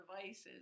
devices